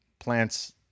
plants